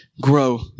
grow